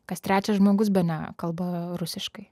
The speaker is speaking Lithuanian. kas trečias žmogus bene kalba rusiškai